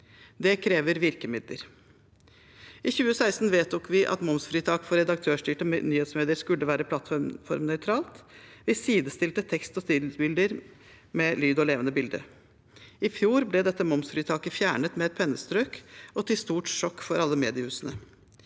Det krever virkemidler. I 2016 vedtok vi at momsfritak for redaktørstyrte nyhetsmedier skulle være plattformnøytralt. Vi sidestilte tekst og stillbilder med lyd og levende bilder. I fjor ble dette momsfritaket fjernet med et pennestrøk, til stort sjokk for alle mediehusene.